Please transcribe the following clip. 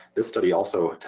this study also,